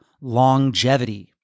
longevity